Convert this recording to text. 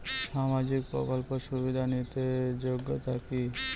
সামাজিক প্রকল্প সুবিধা নিতে যোগ্যতা কি?